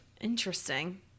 Interesting